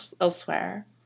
elsewhere